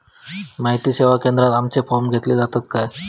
माहिती सेवा केंद्रात आमचे फॉर्म घेतले जातात काय?